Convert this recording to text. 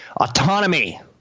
Autonomy